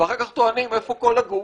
ואחר כך שואלים איפה כל הגוף